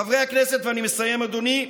חברי הכנסת, ואני מסיים, אדוני,